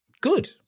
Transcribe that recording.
good